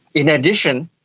in addition,